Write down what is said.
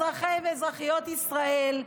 אזרחי ואזרחיות ישראל,